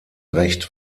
recht